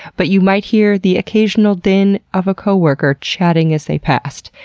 but you might hear the occasional din of a coworker chatting as they passed,